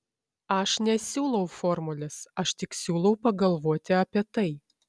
aš nesiūlau formulės aš tik siūlau pagalvoti apie tai